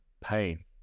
pain